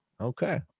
Okay